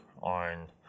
on